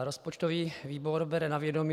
Rozpočtový výbor bere na vědomí